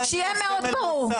שיהיה מאוד ברור.